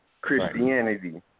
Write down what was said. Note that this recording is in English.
Christianity